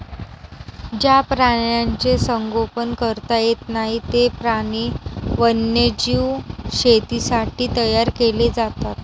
ज्या प्राण्यांचे संगोपन करता येत नाही, ते प्राणी वन्यजीव शेतीसाठी तयार केले जातात